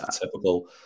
typical